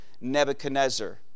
Nebuchadnezzar